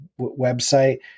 website